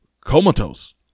comatose